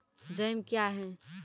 Jam क्या हैं?